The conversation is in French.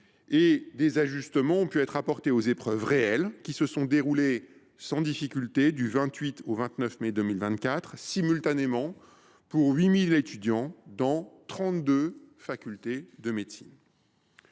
des ajustements ont pu être apportés pour les épreuves réelles, qui se sont déroulées sans difficulté du 28 mai au 29 mai 2024, simultanément pour 8 000 étudiants dans trente deux facultés de médecine.